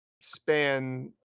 span